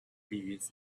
previous